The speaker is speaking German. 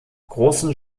großen